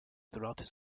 throughout